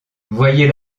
voyez